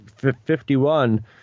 51